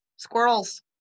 Squirrels